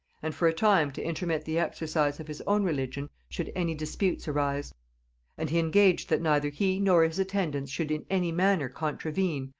and for a time to intermit the exercise of his own religion should any disputes arise and he engaged that neither he nor his attendants should in any manner contravene,